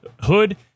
hood